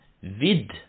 Vid